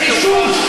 זה מ"חישוש".